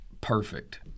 perfect